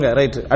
right